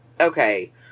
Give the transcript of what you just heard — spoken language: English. Okay